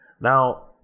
Now